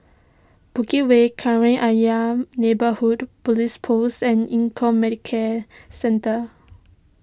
Bukit Way Ayer Neighbourhood Police Post and Econ Medicare Centre